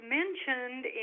mentioned